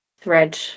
thread